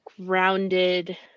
grounded